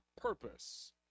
purpose